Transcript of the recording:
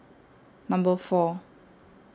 Number four